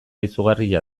izugarria